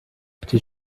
die